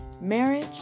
marriage